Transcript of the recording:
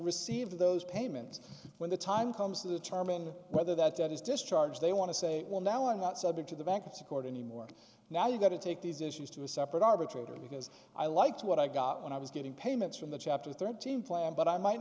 received those payments when the time comes to determine whether that is discharged they want to say well now and not subject to the bankruptcy court anymore now you've got to take these issues to a separate arbitrator because i liked what i got when i was getting payments from the chapter thirteen plan but i might